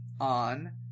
on